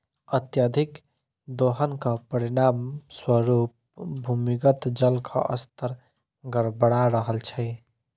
अत्यधिक दोहनक परिणाम स्वरूप भूमिगत जलक स्तर गड़बड़ा रहल छै